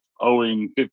owing